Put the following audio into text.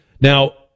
Now